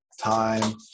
time